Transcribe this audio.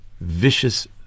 vicious